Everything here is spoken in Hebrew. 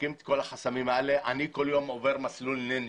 ומפרקים את החסמים האלה אני כל יום עובר מסלול נינג'ה.